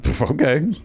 Okay